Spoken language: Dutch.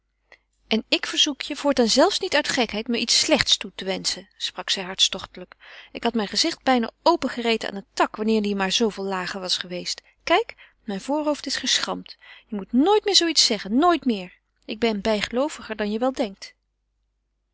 en ik verzoek je voortaan zelfs niet uit gekheid me iets slechts toe te wenschen sprak zij hartstochtelijk ik had mijn gezicht bijna opengereten aan een tak wanneer die maar zooveel lager was geweest kijk mijn voorhoofd is geschramd je moet nooit meer zoo iets zeggen nooit meer ik ben bijgelooviger dan je wel denkt